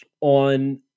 on –